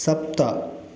सप्त